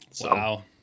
Wow